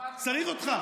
שמענו, השר כהנא.